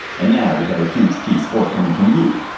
and now we have a huge piece forthcoming from you,